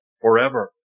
forever